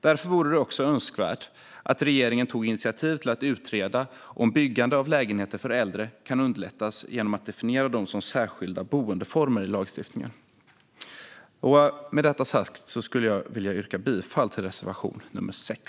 Därför vore det också önskvärt att regeringen tog initiativ till att utreda om byggande av lägenheter för äldre kan underlättas genom att definiera dem som särskilda boendeformer i lagstiftningen. Med detta sagt yrkar jag bifall till reservation 6.